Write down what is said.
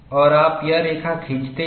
और आप यह रेखा खींचते हैं